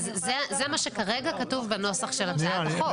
זה מה שכרגע כתוב בנוסח של הצעת החוק.